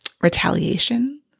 retaliation